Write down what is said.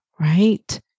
right